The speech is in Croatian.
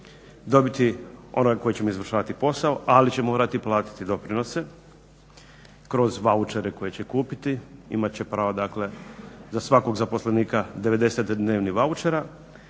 dobiti onog koji će mu izvršavati posao, ali će morati platiti doprinose kroz vaučere koje će kupiti, imat će pravo dakle za svakog zaposlenika devedeset dnevnih vaučera